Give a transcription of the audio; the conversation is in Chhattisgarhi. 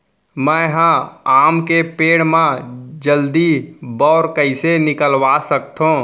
मैं ह आम के पेड़ मा जलदी बौर कइसे निकलवा सकथो?